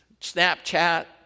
Snapchat